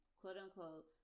quote-unquote